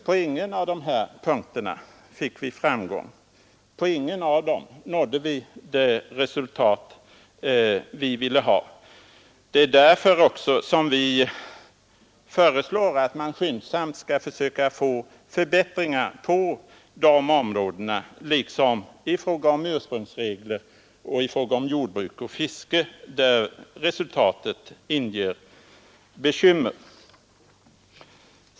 : På ingen av dessa punkter nådde vi det resultat vi ville ha. Det är också därför som det nu föreslås att man skyndsamt skall försöka att få till stånd förbättringar på dessa områden liksom i fråga om ursprungsreglerna samt jordbruk och fiske, där resultatet inger bekymmer.